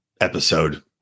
episode